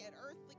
earthly